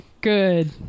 good